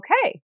okay